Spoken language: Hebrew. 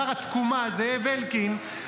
שר התקומה זאב אלקין,